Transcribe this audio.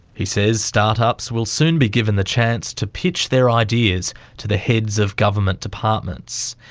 he says start-ups will soon be given the chance to pitch their ideas to the heads of government departments.